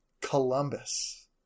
Columbus